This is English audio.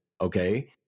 okay